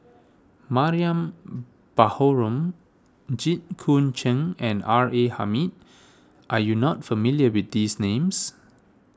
Mariam Baharom Jit Koon Ch'ng and R A Hamid are you not familiar with these names